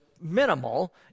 minimal